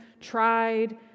tried